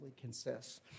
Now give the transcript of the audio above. consists